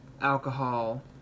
alcohol